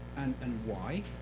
and and why?